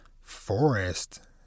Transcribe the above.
forest